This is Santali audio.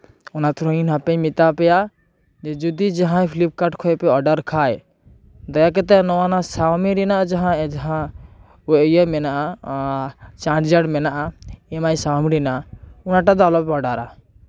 ᱚᱱᱟ ᱛᱮᱦᱚᱸ ᱤᱧ ᱟᱯᱮᱧ ᱢᱮᱛᱟ ᱯᱮᱭᱟ ᱡᱩᱫᱤ ᱡᱟᱦᱟᱸᱭ ᱯᱷᱤᱞᱤᱯᱠᱟᱨᱴ ᱠᱷᱚᱡ ᱯᱮ ᱚᱰᱟᱨ ᱠᱷᱟᱡ ᱫᱟᱭᱟ ᱠᱟᱛᱮ ᱱᱚᱣᱟ ᱥᱟᱶᱢᱤ ᱨᱮᱱᱟᱜ ᱡᱟᱦᱟᱸ ᱤᱭᱟᱹ ᱢᱮᱱᱟᱜᱼᱟ ᱪᱟᱨᱪᱟᱨ ᱢᱮᱱᱟᱜᱼᱟ ᱮᱢ ᱟᱭ ᱥᱟᱶᱢᱤ ᱨᱮᱱᱟᱜ ᱚᱱᱟᱴᱟᱜ ᱫᱚ ᱟᱞᱚᱯᱮ ᱚᱰᱟᱨᱼᱟ